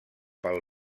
pel